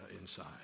inside